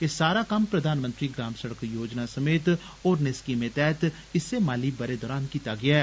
एह् सारा कम्म प्रधानमंत्री ग्राम सड़क योजना समेत होरने स्कीमें तैहत इस्सै माली बरे दरान कीत्ता गेया ऐ